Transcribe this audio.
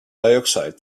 dioxide